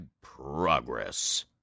progress